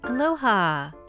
Aloha